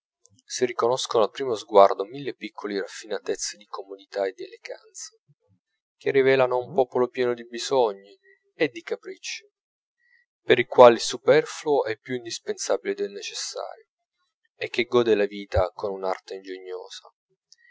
si riconoscono al primo sguardo mille piccole raffinatezze di comodità e d'eleganza che rivelano un popolo pieno di bisogni e di capricci per il quale il superfluo è più indispensabile del necessario e che gode la vita con un'arte ingegnosa